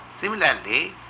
Similarly